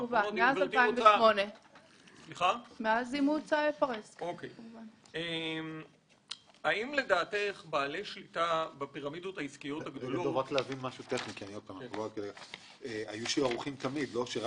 מאז 2008. היו שערוכים תמיד, לא?